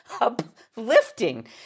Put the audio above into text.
uplifting